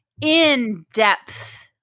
in-depth